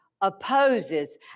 opposes